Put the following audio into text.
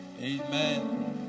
Amen